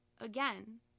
Again